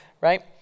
right